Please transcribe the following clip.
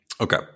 Okay